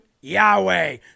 Yahweh